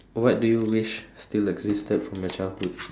what do you wish still existed from your childhood